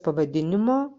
pavadinimo